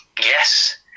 yes